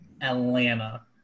Atlanta